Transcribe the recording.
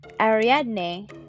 Ariadne